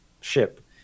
ship